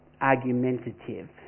argumentative